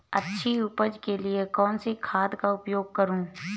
अच्छी उपज के लिए कौनसी खाद का उपयोग करूं?